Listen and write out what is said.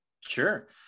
Sure